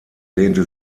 lehnte